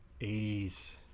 80s